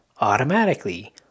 automatically